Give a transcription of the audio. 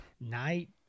night